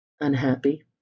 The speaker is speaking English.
unhappy